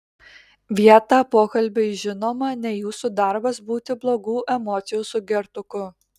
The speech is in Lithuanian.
vietą pokalbiui žinoma ne jūsų darbas būti blogų emocijų sugertuku